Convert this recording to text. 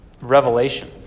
revelation